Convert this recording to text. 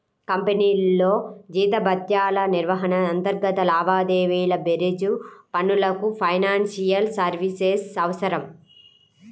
కంపెనీల్లో జీతభత్యాల నిర్వహణ, అంతర్గత లావాదేవీల బేరీజు పనులకు ఫైనాన్షియల్ సర్వీసెస్ అవసరం